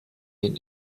den